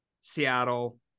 Seattle